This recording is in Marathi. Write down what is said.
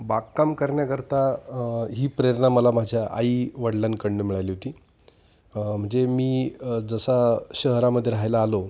बागकाम करण्याकरता ही प्रेरणा मला माझ्या आई वडलांकडनं मिळाली होती म्हणजे मी जसा शहरामध्ये राहायला आलो